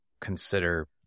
consider